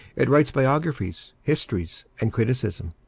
it writes biographies, histories, and criticism.